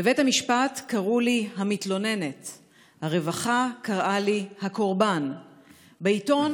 בבית המשפט קראו לי "המתלוננת"; הרווחה קראה לי "הקורבן"; בעיתון